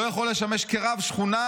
לא יכול לשמש כרב שכונה,